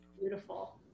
Beautiful